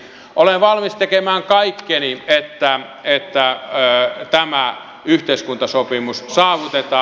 olen valmis tekemään kaikkeni että tämä yhteiskuntasopimus saavutetaan